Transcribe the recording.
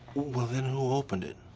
well, then who opened it?